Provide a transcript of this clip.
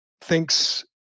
thinks